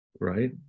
right